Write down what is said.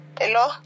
hello